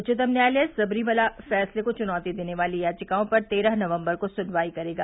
उच्चतम न्यायालय सबरीमला फैसले को चुनौती देने वाली याचिकाओं पर तेरह नवम्बर को सुनवाई करेगा